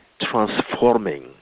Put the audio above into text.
transforming